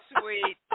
sweet